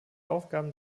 aufgaben